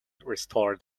restored